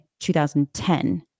2010